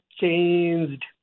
changed